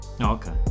Okay